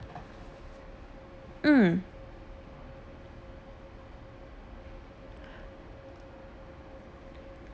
mm